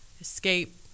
escape